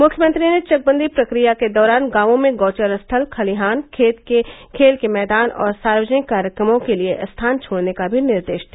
मुख्यमंत्री ने चकबंदी प्रक्रिया के दौरान गांवों में गौचर स्थल खलिहान खेल के मैदानों और सार्वजनिक कार्यक्रमों के लिए स्थान छोड़ने का भी निर्देश दिया